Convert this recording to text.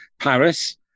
Paris